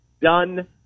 done